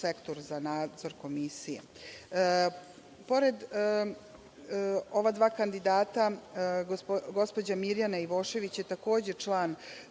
Sektoru za nadzor Komisije. Pored ova dva kandidata, gospođa Mirjana Ivošević je takođe član